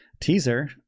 teaser